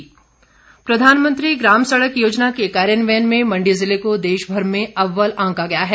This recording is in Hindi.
पुरस्कार प्रधानमंत्री ग्राम सड़क योजना के कार्यान्वयन में मण्डी जिले को देशभर में अव्वल आंका गया है